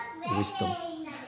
wisdom